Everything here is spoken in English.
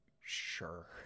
sure